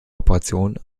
operationen